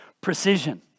precision